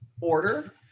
order